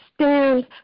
stand